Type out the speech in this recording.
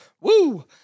Woo